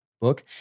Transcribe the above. book